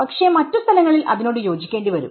പക്ഷെ മറ്റു സ്ഥലങ്ങളിൽ അതിനോട് യോജിക്കേണ്ടി വരും